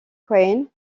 quinn